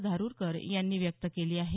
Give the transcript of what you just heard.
धारूरकर यांनी व्यक्त केली आहे